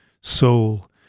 soul